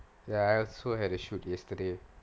ya I also had a shoot yesterday